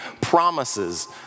promises